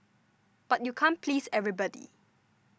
but you can't please everybody